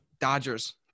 Dodgers